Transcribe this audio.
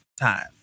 time